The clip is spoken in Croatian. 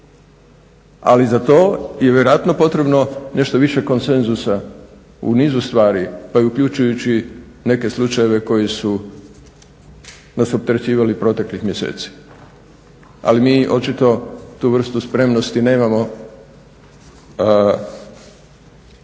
ali za to je vjerojatno potrebno nešto više konsenzusa u nizu stvari, pa i uključujući neke slučajeve koji su nas opterećivali proteklih mjeseci, ali mi očito tu vrstu spremnosti nemamo pa